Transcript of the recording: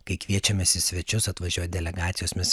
kai kviečiamės į svečius atvažiuoja delegacijos mes